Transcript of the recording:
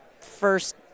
first